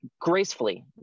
gracefully